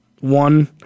One